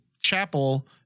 Chapel